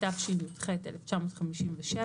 התשי"ח-1957,